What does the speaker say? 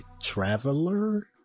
traveler